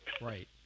Right